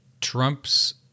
trump's